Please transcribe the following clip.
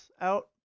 out